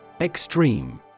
Extreme